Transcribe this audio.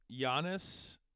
Giannis